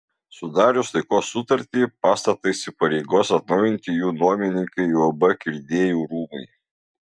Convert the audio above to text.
sudarius taikos sutartį pastatą įsipareigos atnaujinti jų nuomininkai uab kirdiejų rūmai